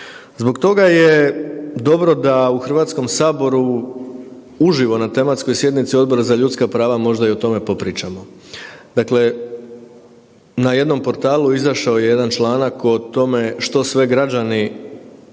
Zbog toga je dobro da u Hrvatskom saboru uživo na tematskoj sjednici Odbora za ljudska prava možda i o tome popričamo. Dakle, na jednom portalu izašao je jedan članak o tome što sve građani pitaju